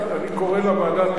אני קורא לה ועדת-לוי,